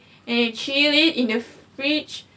and then chill it in the fridge